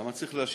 למה צריך להשיב?